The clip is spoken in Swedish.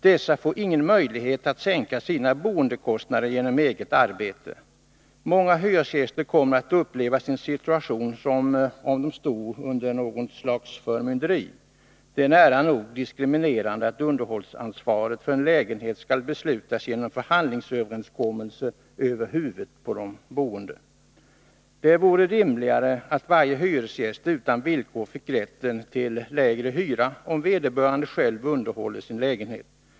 Dessa får ingen möjlighet att sänka sina boendekostnader genom eget arbete. Många hyresgäster kommer att uppleva sin situation som om de står under något slags förmynderi. Det är nära nog diskriminerande att underhållsansvaret för en lägenhet skall beslutas genom förhandlingsöverenskommelse över huvudet på de boende. Det vore rimligare att varje hyresgäst utan villkor fick rätten till lägre hyra om vederbörande själv underhåller sin lägenhet.